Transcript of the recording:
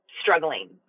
struggling